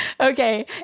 Okay